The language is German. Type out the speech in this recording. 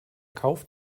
kauf